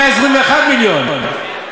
121 מיליון.